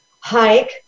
hike